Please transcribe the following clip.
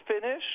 finish